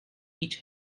each